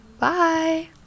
bye